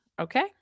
okay